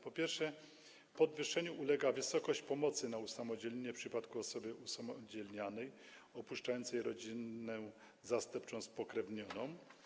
Po pierwsze, podwyższeniu ulega wysokość pomocy na usamodzielnienie w przypadku osoby usamodzielnianej opuszczającej rodzinę zastępczą spokrewnioną.